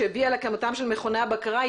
שהביאה להקמתם של מכוני הבקרה,